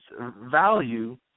value